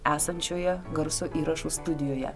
esančioje garso įrašų studijoje